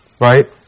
Right